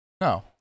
no